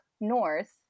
north